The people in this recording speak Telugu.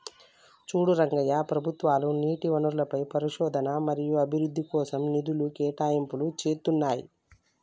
చూడు రంగయ్య ప్రభుత్వాలు నీటి వనరులపై పరిశోధన మరియు అభివృద్ధి కోసం నిధులు కేటాయింపులు చేతున్నాయి